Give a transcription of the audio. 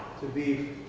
to be